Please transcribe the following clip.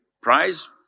prize